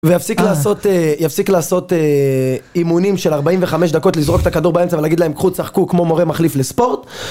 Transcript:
ויפסיק לעשות אימונים של 45 דקות לזרוק את הכדור באמצע ולהגיד להם קחו תשחקו כמו מורה מחליף לספורט